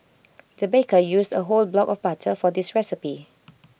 the baker used A whole block of butter for this recipe